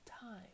time